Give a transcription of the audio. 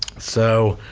so